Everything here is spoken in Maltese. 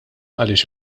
għaliex